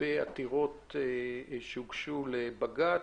בעתירות שהוגשו לבג"ץ.